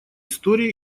истории